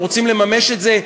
הם רוצים לממש את זה.